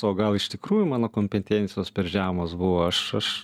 o gal iš tikrųjų mano kompetencijos per žemos buvo aš aš